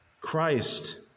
Christ